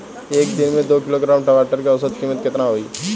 एक दिन में दो किलोग्राम टमाटर के औसत कीमत केतना होइ?